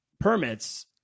permits